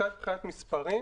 קצת מבחינת מספרים